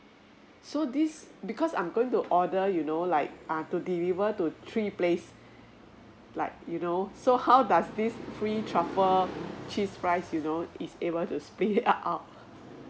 so this because I'm going to order you know like err to deliver to three place like you know so how does this free truffle cheese fries you know is able to split it up